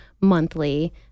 monthly